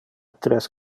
tres